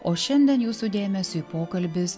o šiandien jūsų dėmesiui pokalbis